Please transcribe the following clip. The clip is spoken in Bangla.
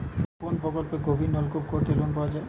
কোন প্রকল্পে গভির নলকুপ করতে লোন পাওয়া য়ায়?